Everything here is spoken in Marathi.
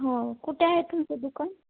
हो कुठे आहे तुमचं दुकान